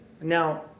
Now